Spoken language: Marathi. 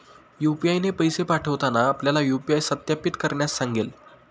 यू.पी.आय ने पैसे पाठवताना आपल्याला यू.पी.आय सत्यापित करण्यास सांगेल